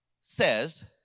says